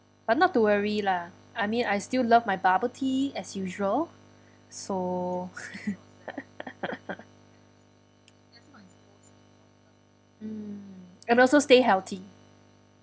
but not to worry lah I mean I still love my bubble tea as usual so mm and also stay healthy